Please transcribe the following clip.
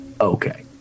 Okay